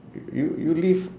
y~ you you live